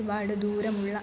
ഒരുപാടു ദൂരമുള്ള